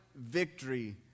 victory